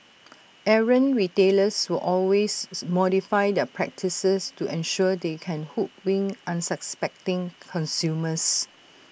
errant retailers will always modify their practices to ensure they can hoodwink unsuspecting consumers